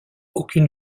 aucune